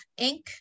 Inc